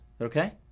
Okay